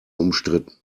umstritten